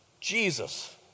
Jesus